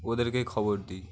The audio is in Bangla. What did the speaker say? ওদেরকেই খবর দিই